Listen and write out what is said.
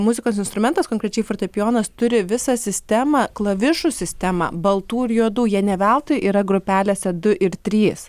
muzikos instrumentas konkrečiai fortepijonas turi visą sistemą klavišų sistemą baltų ir juodų jie ne veltui yra grupelėse du ir trys